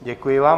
Děkuji vám.